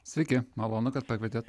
sveiki malonu kad pakvietėt